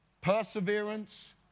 perseverance